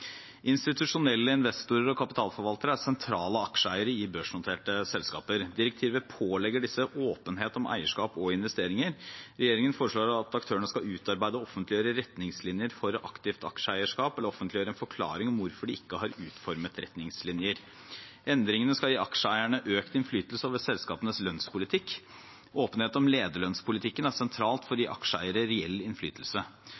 Institusjonelle investorer og kapitalforvaltere er sentrale aksjeeiere i børsnoterte selskaper. Direktivet pålegger disse åpenhet om eierskap og investeringer. Regjeringen foreslår at aktørene skal utarbeide og offentliggjøre retningslinjer for aktivt aksjeeierskap eller offentliggjøre en forklaring på hvorfor de ikke har utformet retningslinjer. Endringene skal gi aksjeeierne økt innflytelse over selskapenes lønnspolitikk. Åpenhet om lederlønnspolitikken står sentralt for